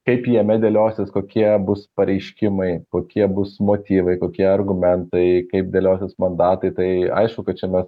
kaip jame dėliosis kokie bus pareiškimai kokie bus motyvai kokie argumentai kaip dėliosis mandatai tai aišku kad čia mes